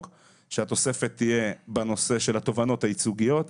והתוספת תהיה בנושא של התובענות הייצוגיות.